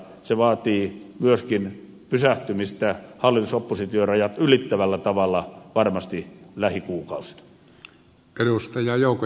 se vaatii myöskin pysähtymistä hallitusoppositio rajat ylittävällä tavalla varmasti lähikuukausina